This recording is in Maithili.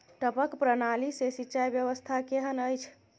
टपक प्रणाली से सिंचाई व्यवस्था केहन अछि?